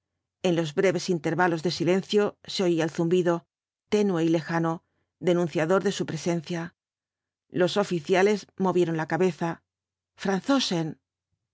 en los breves intervalos de silencio se oía el zumbido tenue y lejano denunciador de su presencia los oficiales movieron la cabeza franzosen